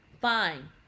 Fine